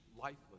lifeless